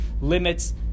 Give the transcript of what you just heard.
limits